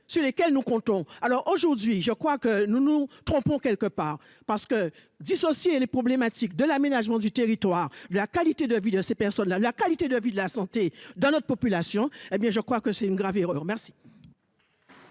sur lesquels nous comptons alors aujourd'hui je crois que nous nous trompons quelque part parce que dissocier les problématiques de l'aménagement du territoire de la qualité de vie de ces personnes là la qualité de vie, de la santé dans notre population, hé bien je crois que c'est une grave erreur, merci.